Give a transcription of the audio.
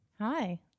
hi